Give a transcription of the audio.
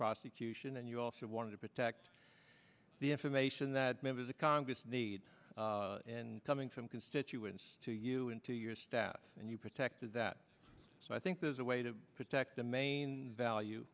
prosecution and you also wanted to protect the information that members of congress need and coming from constituents to you and to your staff and you protected that so i think there's a way to protect the main value